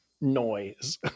noise